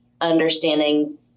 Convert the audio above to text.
understanding